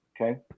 Okay